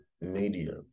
media